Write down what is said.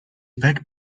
back